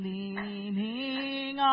Leaning